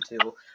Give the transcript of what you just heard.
to-